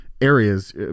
areas